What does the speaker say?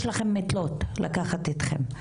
יש לכם מתלות לקחת אתכם.